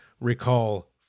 recall